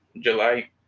July